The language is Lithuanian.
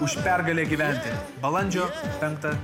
už pergalę gyventi balandžio penktą